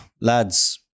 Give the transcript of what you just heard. lads